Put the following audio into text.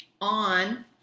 on